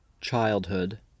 childhood